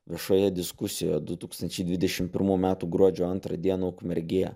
viešoje diskusijoje du tūkstančiai dvidešim pirmų metų gruodžio antrą dieną ukmergėje